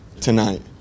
tonight